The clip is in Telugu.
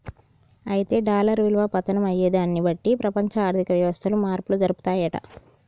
అయితే డాలర్ విలువ పతనం అయ్యేదాన్ని బట్టి ప్రపంచ ఆర్థిక వ్యవస్థలు మార్పులు జరుపుతాయంట